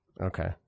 Okay